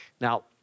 Now